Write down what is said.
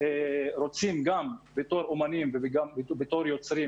כאומנים וכיוצרים,